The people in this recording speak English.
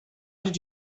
did